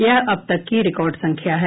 यह अब तक की रिकार्ड संख्या है